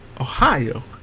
Ohio